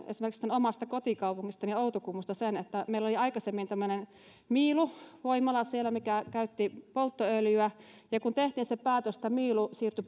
omasta kotikaupungistani outokummusta sen että meillä oli aikaisemmin siellä tämmöinen miilu voimala mikä käytti polttoöljyä ja kun tehtiin se päätös että miilu siirtyi